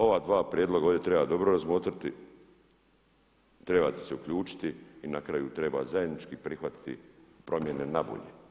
Ova dva prijedloga ovdje treba dobro razmotriti, trebate se uključiti i na kraju treba zajednički prihvatiti promjene na bolje.